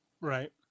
Right